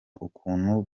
ukuntu